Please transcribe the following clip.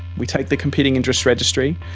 we take the competing interest registry,